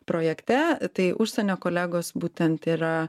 projekte tai užsienio kolegos būtent yra